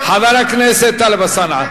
חבר הכנסת טלב אלסאנע,